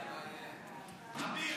אביר?